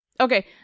Okay